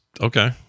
Okay